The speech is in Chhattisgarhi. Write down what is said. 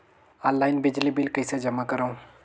ऑनलाइन बिजली बिल कइसे जमा करव?